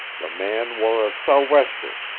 the man wore a sou'wester,